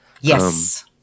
yes